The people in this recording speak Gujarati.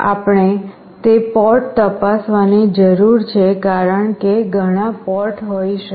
આપણે પોર્ટ તપાસવાની જરૂર છે કારણ કે ઘણા પોર્ટ હોઈ શકે છે